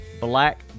Black